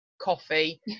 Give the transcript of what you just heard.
coffee